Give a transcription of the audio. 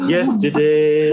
Yesterday